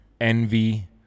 envy